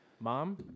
mom